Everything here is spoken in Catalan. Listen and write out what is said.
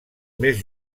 més